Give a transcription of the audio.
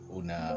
una